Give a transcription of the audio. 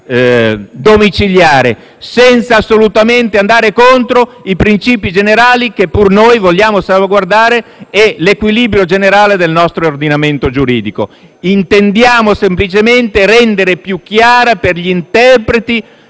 domiciliare, senza andare assolutamente contro i princìpi generali, che pure vogliamo salvaguardare, e l'equilibrio generale del nostro ordinamento giuridico. Intendiamo semplicemente rendere più chiara per gli interpreti